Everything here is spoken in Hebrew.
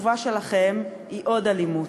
התשובה שלכם היא עוד אלימות.